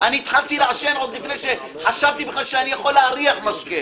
התחלתי לעשן עוד לפני שחשבתי שאני יכול להריח משקה.